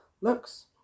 looks